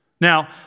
Now